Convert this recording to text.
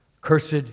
Cursed